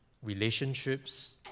Relationships